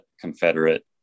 Confederate